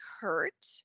hurt